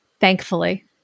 thankfully